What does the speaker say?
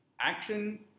action